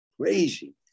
crazy